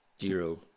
zero